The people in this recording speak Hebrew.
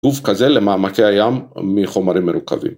גוף כזה למעמקי הים מחומרים מרוכבים.